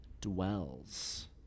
dwells